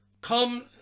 come